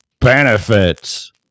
benefits